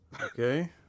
Okay